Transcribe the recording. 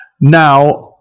Now